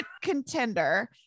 contender